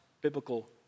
biblical